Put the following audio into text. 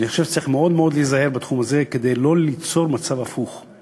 אני חושב שצריך מאוד מאוד להיזהר בתחום הזה כדי לא ליצור מצב הפוך,